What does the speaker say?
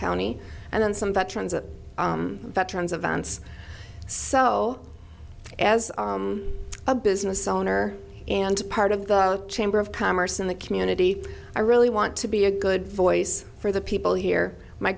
county and then some veterans of veterans events so as a business owner and part of the chamber of commerce in the community i really want to be a good voice for the people here my